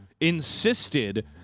insisted